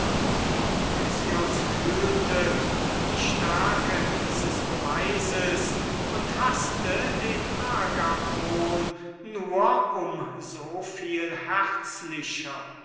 fühlte die stärke dieses beweises und hassete den agathon nur um so viel herzlicher